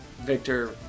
Victor